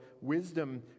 wisdom